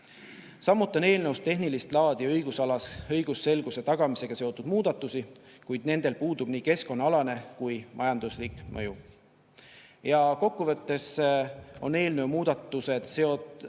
Samuti on eelnõus tehnilist laadi õigusselguse tagamisega seotud muudatusi, kuid nendel puudub nii keskkonnaalane kui ka majanduslik mõju. Kokku võttes on eelnõu muudatused kantud